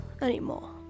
anymore